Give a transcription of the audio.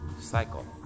cycle